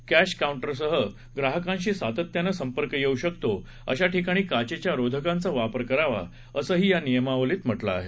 कश्री काऊंटरसह ग्राहकांशी सातत्यानं संपर्क येऊ शकतो अशा ठिकाणी काचेच्या रोधकांचा वापर करावा असंही या नियमावलीत म्हटलं आहे